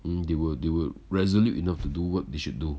um they were they were resolute enough to do what they should do